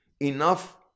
Enough